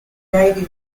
navy